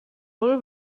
will